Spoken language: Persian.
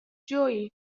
جویی